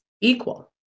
equal